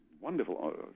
wonderful